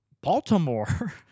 Baltimore